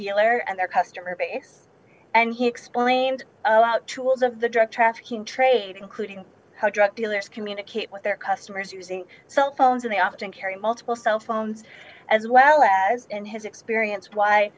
dealer and their customer base and he explained how tools of the drug trafficking trade including how drug dealers communicate with their customers using cell phones and they often carry multiple cellphones as well as in his experience